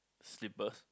slippers